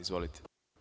Izvolite.